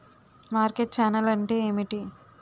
Market channel అంటే ఏమిటి?